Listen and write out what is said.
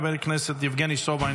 חבר הכנסת יבגני סובה,